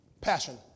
Passion